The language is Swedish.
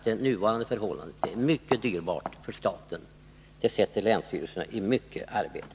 Den nuvarande ordningen är synnerligen dyrbar för staten och sätter länsstyrelserna i mycket arbete.